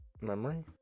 Memory